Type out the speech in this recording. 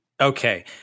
Okay